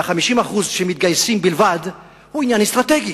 50% שמתגייסים בלבד הם עניין אסטרטגי.